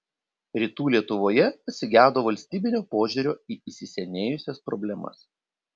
rytų lietuvoje pasigedo valstybinio požiūrio į įsisenėjusias problemas